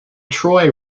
troy